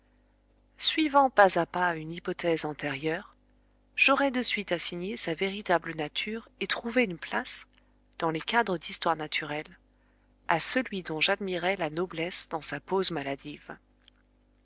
suivant pas à pas une hypothèse antérieure j'aurais de suite assigné sa véritable nature et trouvé une place dans les cadres d'histoire naturelle à celui dont j'admirais la noblesse dans sa pose maladive